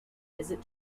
visit